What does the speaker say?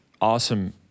awesome